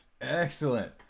excellent